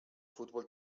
futbol